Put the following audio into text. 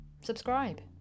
subscribe